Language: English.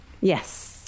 Yes